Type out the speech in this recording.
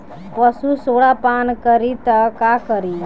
पशु सोडा पान करी त का करी?